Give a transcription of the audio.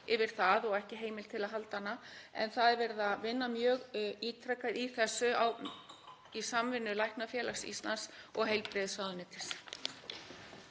yfir það og ekki heimild til að halda hana. En það er verið að vinna mjög þétt að þessu í samvinnu Læknafélags Íslands og heilbrigðisráðuneytis.